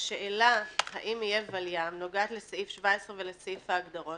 השאלה אם יהיה ולי"ם נוגעת לסעיף 17 ולסעיף ההגדרות,